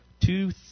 Two